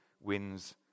wins